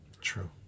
True